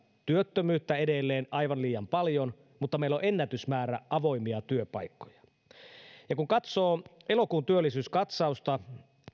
työttömyyttä edelleen aivan liian paljon mutta samaan aikaan meillä on ennätysmäärä avoimia työpaikkoja kun katsoo elokuun työllisyyskatsausta